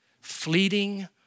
Fleeting